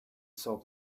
saw